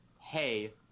hey